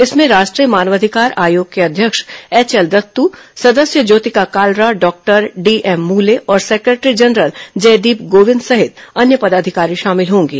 इसमें राष्ट्रीय मानवाधिकार आयोग के अध्यक्ष एचएल दत्तू सदस्य ज्योतिका कालरा डॉक्टर डीएम मूले और सेक्रेटरी जनरल जयदीप गोविंद सहित अन्य पदाधिकारी शामिल होंगे